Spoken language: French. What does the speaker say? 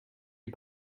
les